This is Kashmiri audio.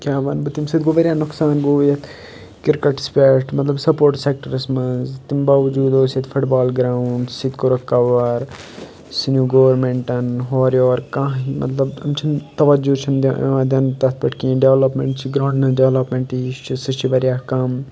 کیٛاہ وَنہٕ بہٕ تمہِ سۭتۍ گوٚو واریاہ نۄقصان گوٚو یَتھ کِرکَٹَس پٮ۪ٹھ مطلب سَپوٹٕس سٮ۪کٹَرَس منٛز تِم باوجوٗد اوس ییٚتہِ فُٹ بال گرٛاوُنٛڈ سُہ تہِ کوٚرُکھ کَوَر سُہ نیوٗ گورمٮ۪نٛٹَن ہورٕ یور کانٛہہ مطلب أمۍ چھِنہٕ تَوجُہ چھِنہٕ یِوان دِنہٕ تَتھ پٮ۪ٹھ کینٛہہ ڈٮ۪ولَپمٮ۪نٛٹ چھِ گرٛاونٛڈ ڈٮ۪ولَپمٮ۪نٛٹ یہِ چھِ سُہ چھِ واریاہ کَم